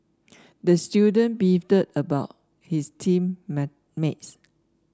the student beefed about his team mates